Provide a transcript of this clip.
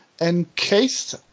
Encased